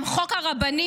גם חוק הרבנים